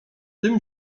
tym